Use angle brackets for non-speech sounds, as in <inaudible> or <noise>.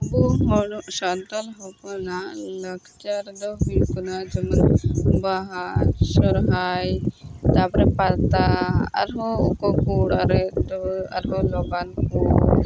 ᱟᱵᱚ <unintelligible> ᱥᱟᱱᱛᱟᱲ ᱦᱚᱯᱚᱱᱟᱜ ᱞᱟᱠᱪᱟᱨ ᱫᱚ ᱦᱩᱭᱩᱜ ᱠᱟᱱᱟ ᱡᱮᱢᱚᱱ ᱵᱟᱦᱟ ᱥᱚᱦᱨᱟᱭ ᱛᱟᱨᱯᱚᱨᱮ ᱯᱟᱛᱟ ᱟᱨᱦᱚᱸ ᱚᱠᱚᱭ ᱠᱚ ᱚᱲᱟᱜ ᱨᱮ ᱫᱚ ᱟᱨᱦᱚᱸ ᱱᱚᱵᱟᱱ ᱠᱚ